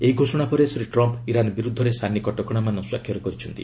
ଏହି ଘୋଷଣା ପରେ ଶ୍ରୀ ଟ୍ରମ୍ପ୍ ଇରାନ୍ ବିରୁଦ୍ଧରେ ସାନି କଟକଣାମାନ ସ୍ୱାକ୍ଷର କରିଛନ୍ତି